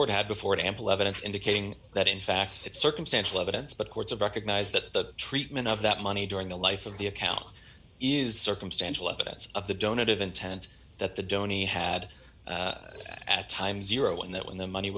had before ample evidence indicating that in fact it's circumstantial evidence but courts of recognize that the treatment of that money during the life of the account is circumstantial evidence of the donut of intent that the dony had at time zero and that when the money